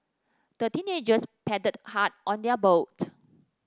the teenagers paddled hard on their boat